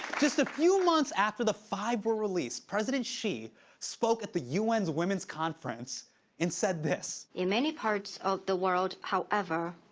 just a few months after the five were released, president xi spoke at the un women's conference and said this. in many parts of the world however,